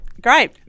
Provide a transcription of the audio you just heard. Great